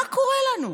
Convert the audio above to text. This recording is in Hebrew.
מה קורה לנו?